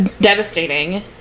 Devastating